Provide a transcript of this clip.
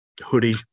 hoodie